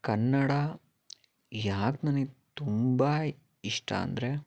ಕನ್ನಡ ಯಾಕೆ ನನಗೆ ತುಂಬ ಇಷ್ಟ ಅಂದರೆ